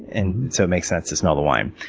and so it makes sense to smell the wine.